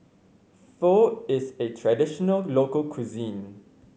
Pho is a traditional local cuisine